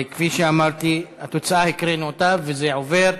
כפי שאמרתי, התוצאה הקראנו אותה, והצעת